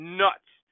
nuts